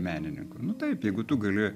menininku nu taip jeigu tu gali